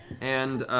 and